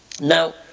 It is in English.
Now